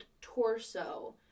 torso